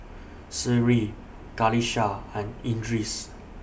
Seri Qalisha and Idris